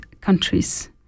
countries